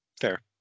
Fair